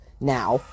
now